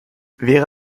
wäre